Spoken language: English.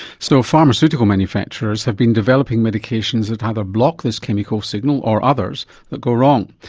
so pharmaceutical manufacturers have been developing medications that either block this chemical signal or others that go wrong.